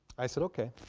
i said okay,